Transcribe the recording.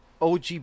OG